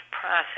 process